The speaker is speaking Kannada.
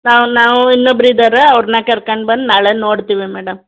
ನಾವು ನಾವು ಇನ್ನೊಬ್ರು ಇದ್ದಾರೆ ಅವ್ರನ್ನ ಕರ್ಕಂಡು ಬಂದು ನಾಳೆ ನೋಡ್ತೀವಿ ಮೇಡಮ್